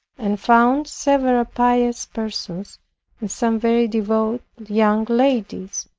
and found several pious persons and some very devout young ladies,